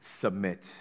submit